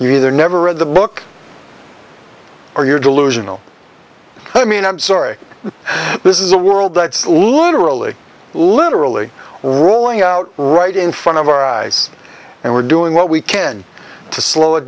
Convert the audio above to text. you either never read the book or you're delusional i mean i'm sorry this is a world that's literally literally rolling out right in front of our eyes and we're doing what we can to slow it